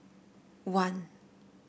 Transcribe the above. one